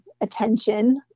attention